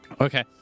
Okay